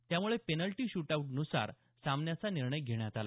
त्यामुळे penalty shootout नुसार सामन्याचा निर्णय घेण्यात आला